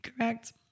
correct